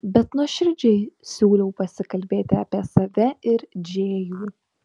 bet nuoširdžiai siūliau pasikalbėti apie save ir džėjų